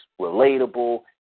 relatable